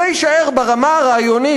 זה יישאר ברמה הרעיונית,